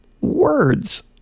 words